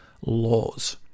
laws